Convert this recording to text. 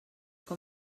com